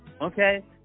Okay